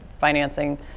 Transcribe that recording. financing